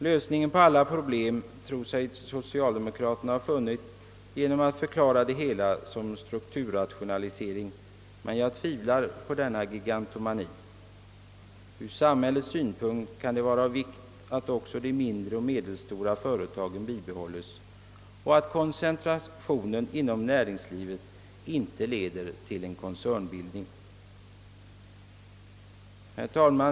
Lösningen på alla problem tror sig socialdemokraterna ha funnit genom att förklara det hela som strukturrationalisering, men jag tvivlar på denna »gigantomani». Från samhällets synpunkt kan det vara av vikt att också de mindre och medelstora företagen bibehålles och att koncentrationen inom näringslivet inte leder till koncernbildning. Herr talman!